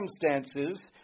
circumstances